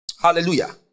Hallelujah